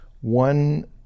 one